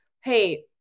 hey